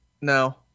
No